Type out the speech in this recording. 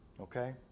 okay